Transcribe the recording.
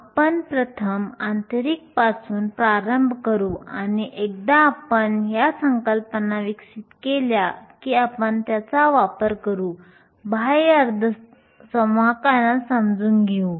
आपण प्रथम आंतरिक पासून प्रारंभ करू आणि एकदा आपण या संकल्पना विकसित केल्या की आपण त्यांचा वापर करू बाह्य अर्धसंवाहकांना समजून घेऊ